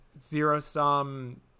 zero-sum